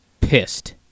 Pissed